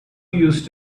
used